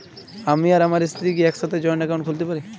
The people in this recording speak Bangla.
আমি আর আমার স্ত্রী কি একসাথে জয়েন্ট অ্যাকাউন্ট খুলতে পারি?